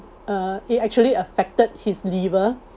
uh it actually affected his liver